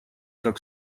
как